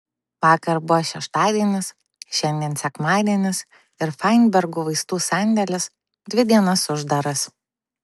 vakar buvo šeštadienis šiandien sekmadienis ir fainbergų vaistų sandėlis dvi dienas uždaras